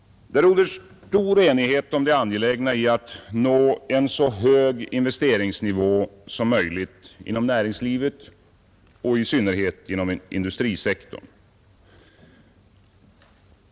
Det råder stor enighet om det angelägna i att nå en så hög investeringsnivå som möjligt inom näringslivet och i synnerhet inom industrisektorn.